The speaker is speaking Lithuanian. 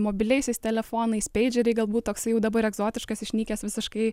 mobiliaisiais telefonais peidžeriai galbūt toks jau dabar egzotiškas išnykęs visiškai